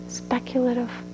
speculative